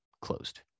closed